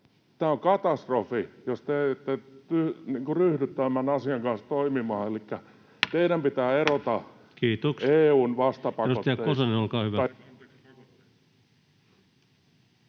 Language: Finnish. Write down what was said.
Tämä on katastrofi, jos te ette ryhdy tämän asian kanssa toimimaan, elikkä teidän pitää erota EU:n pakotteista.